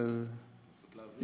לנסות להבין.